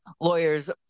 lawyers